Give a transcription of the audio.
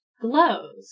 glows